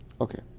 Okay